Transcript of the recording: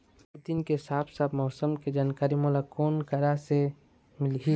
हर दिन के साफ साफ मौसम के जानकारी मोला कोन करा से मिलही?